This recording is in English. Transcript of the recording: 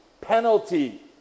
penalty